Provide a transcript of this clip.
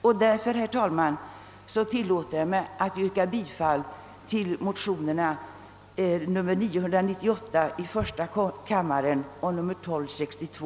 Jag tillåter mig, herr talman, att yrka bifall till motionerna I: 998 och II: 1262.